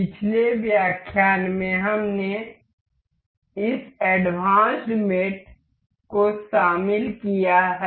पिछले व्याख्यान में हमने इस एडवांस्ड मेट को शामिल किया है